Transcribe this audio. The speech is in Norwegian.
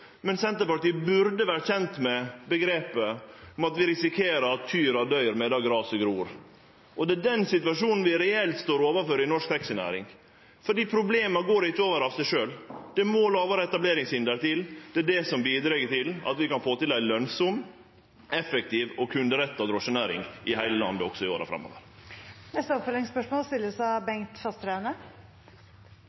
men Senterpartiet burde vere kjent med omgrepet at vi risikerer at kyrne døyr medan graset gror. Det er den situasjonen vi reelt står overfor i norsk taxinæring, for problema går ikkje over av seg sjølve. Det må lågare etableringshinder til, det er det som bidreg til at vi kan få til ei lønnsam, effektiv og kunderetta drosjenæring i heile landet også i åra framover. Det blir oppfølgingsspørsmål – først Bengt Fasteraune. Dommedagsprofetier – det vi er opptatt av